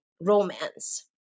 romance